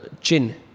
chin